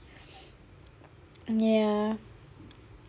ya